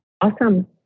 Awesome